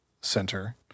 center